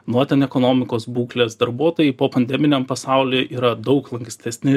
nuo ten ekonomikos būklės darbuotojai po pandeminiam pasauly yra daug lankstesni